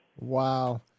Wow